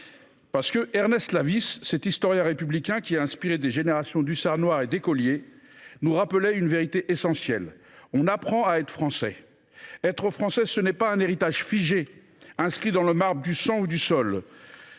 Mahorais. Ernest Lavisse, cet historien républicain qui a inspiré des générations de hussard noirs et d’écoliers, nous rappelait une vérité essentielle : on apprend à être Français. Être Français, ce n’est pas un héritage figé, inscrit dans le marbre du sang ou du sol,